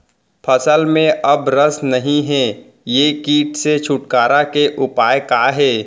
फसल में अब रस नही हे ये किट से छुटकारा के उपाय का हे?